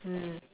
mm